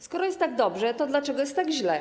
Skoro jest tak dobrze, to dlaczego jest tak źle?